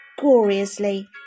gloriously